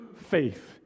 faith